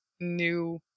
new